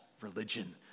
religion